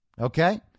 Okay